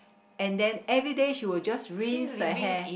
and then everyday she will just rinse her hair